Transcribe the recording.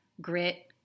grit